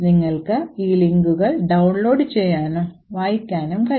നിങ്ങൾക്ക് ഈ ലിങ്കുകൾ ഡൌൺലോഡ് ചെയ്യാനും വായിക്കാനും കഴിയും